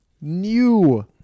new